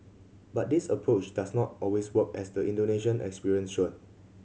but this approach does not always work as the Indonesian experience shown